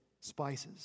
spices